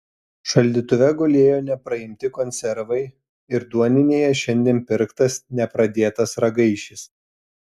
šaldytuve gulėjo nepraimti konservai ir duoninėje šiandien pirktas nepradėtas ragaišis